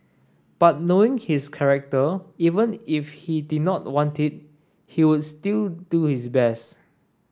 but knowing his character even if he did not want it he would still do his best